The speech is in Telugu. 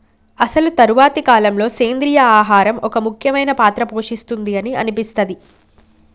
అసలు తరువాతి కాలంలో, సెంద్రీయ ఆహారం ఒక ముఖ్యమైన పాత్ర పోషిస్తుంది అని అనిపిస్తది